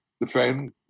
defend